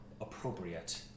appropriate